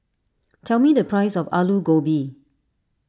tell me the price of Alu Gobi